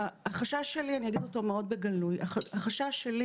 אני אגיד את החשש שלי מאוד בגלוי: החשש שלי